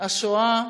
השואה,